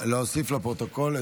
מבקש להוסיף לפרוטוקול.